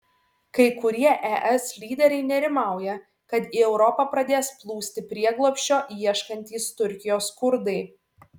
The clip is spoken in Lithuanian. kai kurie es lyderiai nerimauja kad į europą pradės plūsti prieglobsčio ieškantys turkijos kurdai